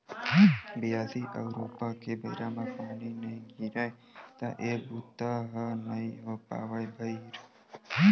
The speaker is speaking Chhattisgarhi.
बियासी अउ रोपा के बेरा म पानी नइ गिरय त ए बूता ह नइ हो पावय भइर